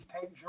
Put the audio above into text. take